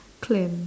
cleanse